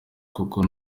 kuko